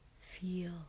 feel